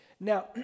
Now